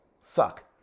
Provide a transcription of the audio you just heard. suck